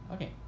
Okay